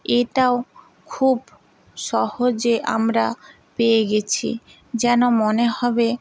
এটাও খুব সহজে আমরা পেয়ে গেছি যেন মনে হবে